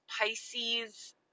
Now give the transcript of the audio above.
Pisces